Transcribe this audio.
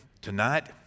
tonight